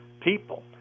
people